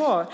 Det